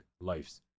lives